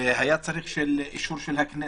והיה צריך אישור של הכנסת.